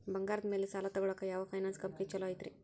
ಬಂಗಾರದ ಮ್ಯಾಲೆ ಸಾಲ ತಗೊಳಾಕ ಯಾವ್ ಫೈನಾನ್ಸ್ ಕಂಪನಿ ಛೊಲೊ ಐತ್ರಿ?